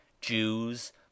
jews